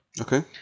Okay